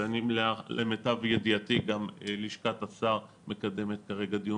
ולמיטב ידיעתי גם לשכת השר מקדמת כרגע דיון